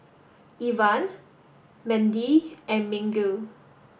Evan Mendy and Miguel